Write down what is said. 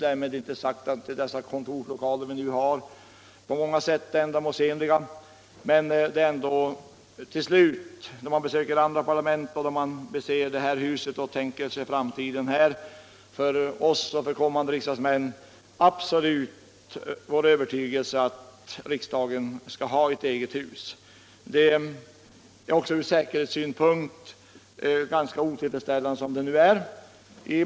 De kontorslokaler vi nu har är visserligen på många sätt ändamålsenliga, men när man besöker andra parlament och sedan tittar på det här huset och tänker sig framtiden här för oss och för kommande riksdagsmän känner man sig absolut övertygad om att riksdagen bör ha ett eget hus. Det är också från siäkerhetssynpunkt ganska otillfredsställande som det nu är.